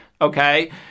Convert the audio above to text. okay